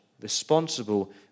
responsible